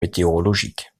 météorologiques